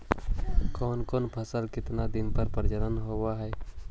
कौन फैसल के कितना दिन मे परजनन होब हय?